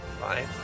Fine